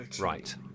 Right